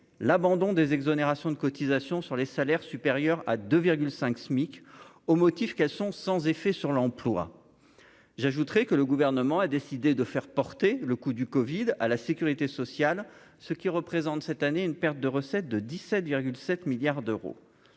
l'abandon des exonérations de cotisations sur les salaires supérieurs à 2 5 SMIC au motif qu'elles sont sans effet sur l'emploi, j'ajouterai que le gouvernement a décidé de faire porter le coup du Covid à la sécurité sociale, ce qui représente cette année une perte de recettes de 17,7 milliards d'euros,